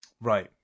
Right